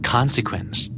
Consequence